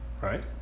Right